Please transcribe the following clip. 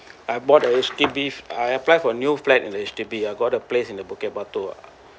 I bought a H_D_B I apply for new flat at the H_D_B I got a place in the Bukit Batok ah